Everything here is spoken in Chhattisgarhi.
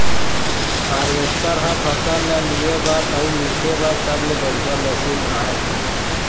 हारवेस्टर ह फसल ल लूए बर अउ मिसे बर सबले बड़िहा मसीन आय